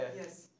yes